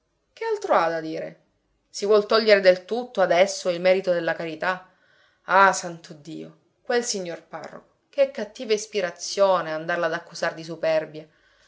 che altro ha da dire si vuol togliere del tutto adesso il merito della carità ah santo dio quel signor parroco che cattiva ispirazione andarla ad accusar di superbia